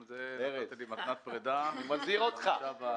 ארז, אני מזהיר אותך.